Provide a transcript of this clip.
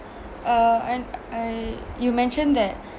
uh and I you mentioned that